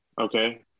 Okay